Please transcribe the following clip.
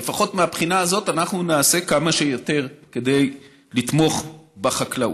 ולפחות מהבחינה הזאת אנחנו נעשה כמה שיותר כדי לתמוך בחקלאות.